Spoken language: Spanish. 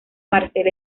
marcel